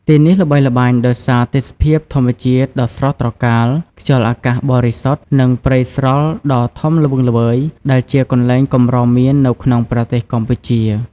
ទីនេះល្បីល្បាញដោយសារទេសភាពធម្មជាតិដ៏ស្រស់ត្រកាល ខ្យល់អាកាសបរិសុទ្ធ និងព្រៃស្រល់ដ៏ធំល្វឹងល្វើយ ដែលជាកន្លែងកម្រមាននៅក្នុងប្រទេសកម្ពុជា។